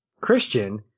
Christian